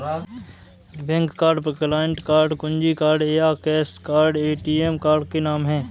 bank card, client card, कुंजी card या cash card ATM card के नाम है